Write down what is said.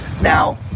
now